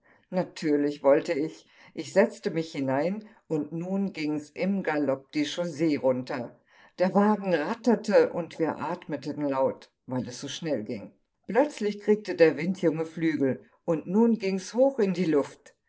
natürlich wollte ich ich setzte mich hinein und nun gings im galopp die chaussee runter der wagen ratterte und wir atmeten laut weil es so schnell ging plötzlich krigte der windjunge flügel und nun gings hoch in die luft